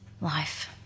Life